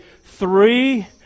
three